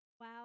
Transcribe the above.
Wow